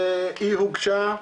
היא הוגשה,